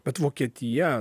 bet vokietija